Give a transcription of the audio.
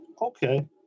Okay